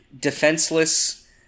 defenseless